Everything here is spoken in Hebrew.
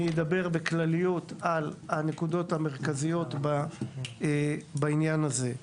אני אדבר בכלליות על הנקודות המרכזיות בעניין הזה.